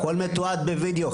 הכול מתועד בווידאו,